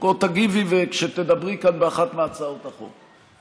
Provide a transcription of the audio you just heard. או תגיבי כשתדברי כאן באחת מהצעות החוק.